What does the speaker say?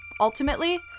ultimately